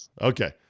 Okay